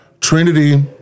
Trinity